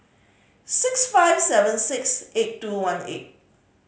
six five seven six eight two one eight